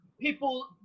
people